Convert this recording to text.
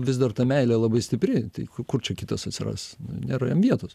vis dar ta meilė labai stipri tai kur čia kitas atsiras nu nėra jam vietos